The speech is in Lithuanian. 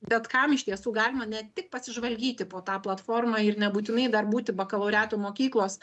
bet kam iš tiesų galima ne tik pasižvalgyti po tą platformą ir nebūtinai dar būti bakalaureato mokyklos